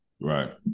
right